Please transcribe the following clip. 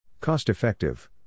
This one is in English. Cost-effective